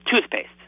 Toothpaste